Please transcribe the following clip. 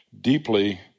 deeply